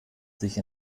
sich